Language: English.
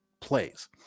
plays